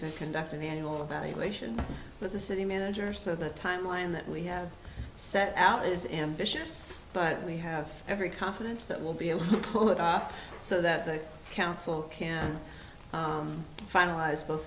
to conducting the annual evaluation but the city manager said the timeline that we have set out is ambitious but we have every confidence that we'll be able to pull it off so that the council can finalize both